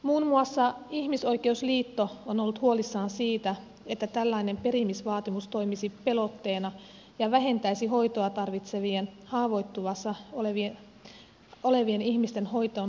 muun muassa ihmisoikeusliitto on ollut huolissaan siitä että tällainen perimisvaatimus toimisi pelotteena ja vähentäisi hoitoa tarvitsevien haavoittuvassa tilanteessa olevien ihmisten hoitoon hakeutumista